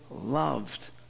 loved